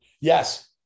Yes